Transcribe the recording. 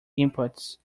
inputs